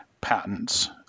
patents